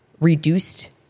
reduced